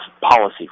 policy